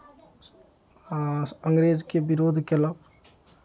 आ अंग्रेजके विरोध कयलक